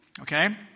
okay